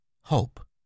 Hope